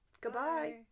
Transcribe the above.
Goodbye